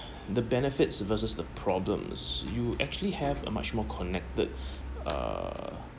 the benefits versus the problems you actually have a much more connected uh